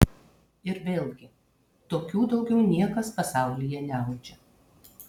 ir vėlgi tokių daugiau niekas pasaulyje neaudžia